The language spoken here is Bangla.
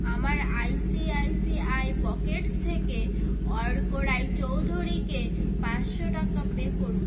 আমার আইসিআইসিআই পকেটস থেকে অর্ক রায়চৌধুরীকে পাঁচশো টাকা পে করুন